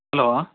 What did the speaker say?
hello